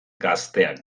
gazteak